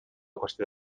qüestió